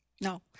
No